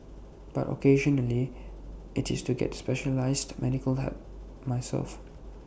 but occasionally IT is to get specialised medical help myself